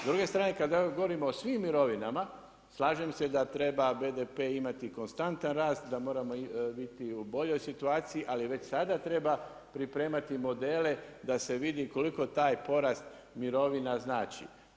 S druge strane kada govorimo o svim mirovinama, slažem se da treba BDP imati konstantan rast, da moramo biti u boljoj situaciji, ali već sada treba pripremati modele da se vidi koliko taj porast mirovina znači.